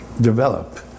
develop